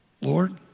Lord